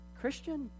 Christian